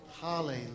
Hallelujah